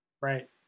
Right